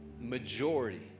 majority